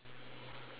so you don't